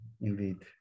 indeed